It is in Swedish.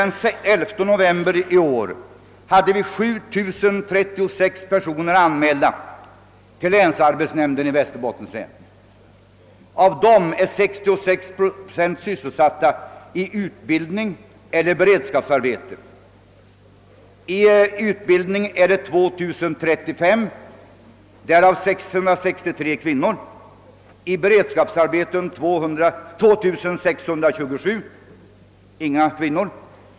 Den 11 november i år hade vi 7 036 personer anmälda till länsarbetsnämnden i Västerbottens län. Av dem var 66 procent sysselsatta genom utbildning eller beredskapsarbete. Antalet personer under utbildning var 2 035, därav 663 kvinnor, och i beredskapsarbeten 2 627, därav inga kvinnor.